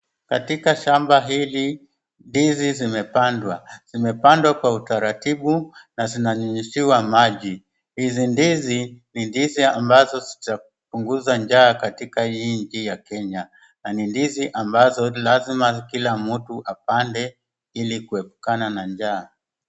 Katika shamba hili ndizi zimepandwa, zimepandwa kwa utaratibu na zinanyunyuziwa maji. Hizi ndizi ni ndizi ambazo zitapunguza njaa katika hii nchi ya Kenya na ni ndizi ambazo lazima kila mtu apande ili kuepukana na njaa.